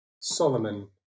Solomon